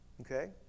okay